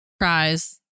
cries